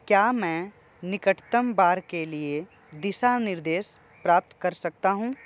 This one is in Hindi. क्या मैं निकटतम बार के लिए दिशा निर्देश प्राप्त कर सकता हूँ